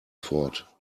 fort